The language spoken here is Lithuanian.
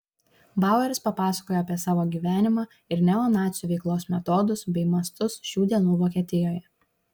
baueris papasakojo apie savo gyvenimą ir neonacių veiklos metodus bei mastus šių dienų vokietijoje